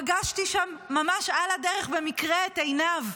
פגשתי שם ממש על הדרך, במקרה, את עינב,